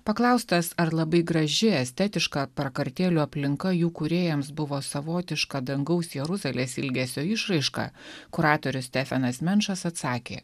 paklaustas ar labai graži estetiška prakartėlių aplinka jų kūrėjams buvo savotiška dangaus jeruzalės ilgesio išraiška kuratorius stefenas menšas atsakė